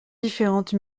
différentes